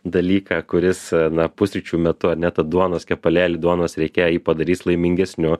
dalyką kuris na pusryčių metu ane tą duonos kepalėlį duonos riekė jį padarys laimingesniu